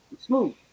smooth